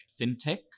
fintech